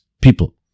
people